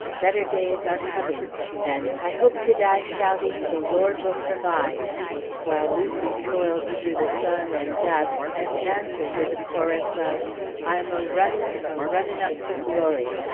better days are coming and i hope to die shouting, the lord will provide while lucy toiled through the sun and dust, and answered with a chorus of i'm a-runnin', a-runnin' up to glo-ry!